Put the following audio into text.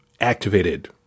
activated